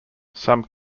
some